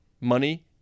money